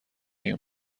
این